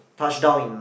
touch down in